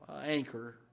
anchor